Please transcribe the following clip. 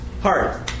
Hard